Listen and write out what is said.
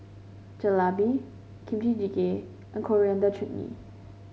Jalebi Kimchi Jjigae and Coriander Chutney